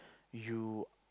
you